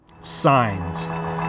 Signs